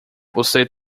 você